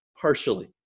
partially